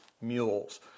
mules